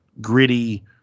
gritty